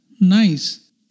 nice